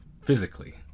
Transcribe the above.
physically